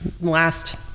last